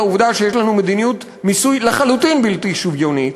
העובדה שיש לנו מדיניות מיסוי לחלוטין בלתי שוויונית,